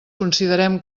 considerem